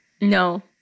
No